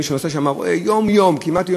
מי שנוסע שם רואה כמעט יום-יום תאונות.